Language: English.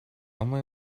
only